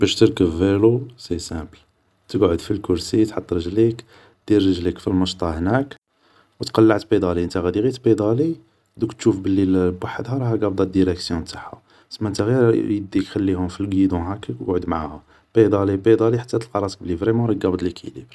باش تركب فيلو سي سامبل, تركب في الكرسي, تحط رجليك, تدير رجليك في المشطة هناك و تقلع تبيدالي, نتا غي تبيدالي دوك تشوف بلي بحدها راها قابدة ديراكسيون تاعها, سما نتا غير يديك خليهم في القيدون هاكك, و قعد معاها, بيدالي بيدالي حتى تلقى راسك فريمون راك قابد ليكيليبر